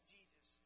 Jesus